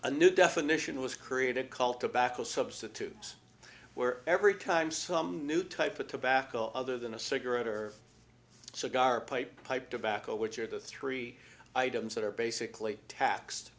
a new definition was created call tobacco substitutes where every time some new type of tobacco other than a cigarette or so gar pipe pipe tobacco which are the three items that are basically taxed